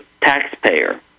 taxpayer